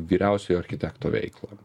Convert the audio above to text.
vyriausiojo architekto veiklą